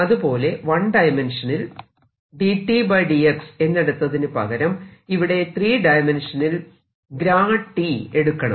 അതുപോലെ വൺ ഡയമെൻഷനിൽ dT dx എന്നെടുത്തതിനു പകരം ഇവിടെ 3 ഡയമെൻഷനിൽ T എടുക്കണം